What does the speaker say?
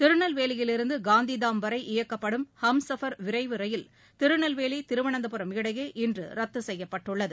திருநெல்வேலியிலிருந்து காந்திதாம் வரை இயக்கப்படும் அம்சஃபா் விரைவு ரயில் திருநெல்வேலி திருவனந்தபுரம் இடையே இன்று ரத்து செய்யப்பட்டுள்ளது